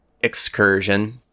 excursion